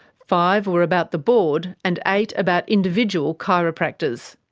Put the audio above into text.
five were about the board, and eight about individual chiropractors.